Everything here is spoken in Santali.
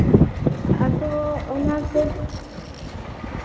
ᱟᱫᱚ ᱚᱱᱟ ᱫᱚ